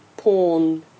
porn